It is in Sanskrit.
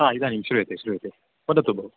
हा इदानीं श्रूयते श्रूयते वदतु भो